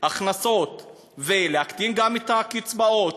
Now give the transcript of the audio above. הכנסות ולהקטין גם את הקצבאות,